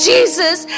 Jesus